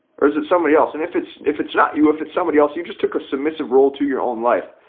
or is it somebody else? and if it's if it's not you, if it's somebody else, you just took a submissive role to your own life.